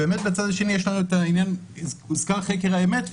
בצד השני של זה יש לנו את העניין של חקר האמת,